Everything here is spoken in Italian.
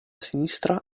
sinistra